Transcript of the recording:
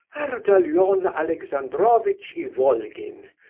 and ardalion ah alexandrovitch ivolgin,